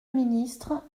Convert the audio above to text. ministre